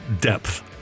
depth